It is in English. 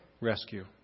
rescue